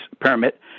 permit